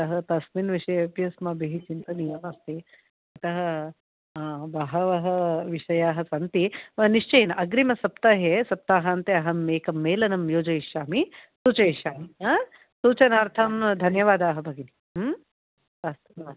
अतः तस्मिन् विषये अपि अस्माभिः चिन्तनीयः अस्ति अतः बहवः विषयाः सन्ति निश्चयेन अग्रिमसप्ताहे सप्ताहान्ते अहम् एकं मेलनं योजयिष्यामि सूचयिष्यामि सूचनार्थं धन्यवादः भगिनी अस्तु अस्तु